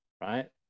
right